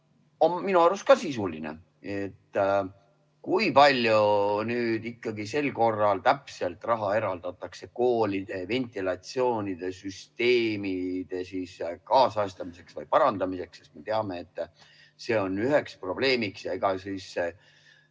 minu arust ka sisuline. Kui palju ikkagi sel korral täpselt raha eraldatakse koolide ventilatsioonisüsteemide kaasajastamiseks või parandamiseks? Me teame, et see on probleemiks. Ega siis